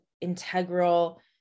integral